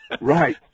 Right